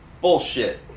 Bullshit